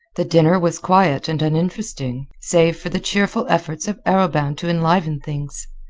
the dinner was quiet and uninteresting, save for the cheerful efforts of arobin to enliven things.